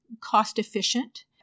cost-efficient